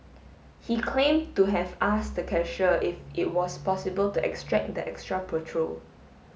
he claim to have asked the cashier if it was possible to extract the extra petrol